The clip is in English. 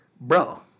bro